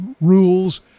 rules